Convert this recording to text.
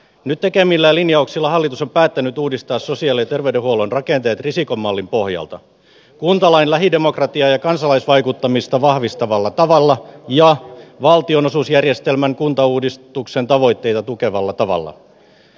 nyt tekemillään linjauksilla hallitus on päättänyt uudistaa sosiaali ja terveydenhuollon rakenteet risikon mallin pohjalta kuntalain lähidemokratiaa ja kansalaisvaikuttamista vahvistavalla tavalla ja valtionosuusjärjestelmän kuntauudistuksen tavoitteita tukevalla tavalla